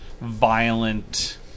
violent